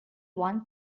one